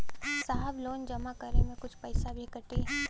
साहब लोन जमा करें में कुछ पैसा भी कटी?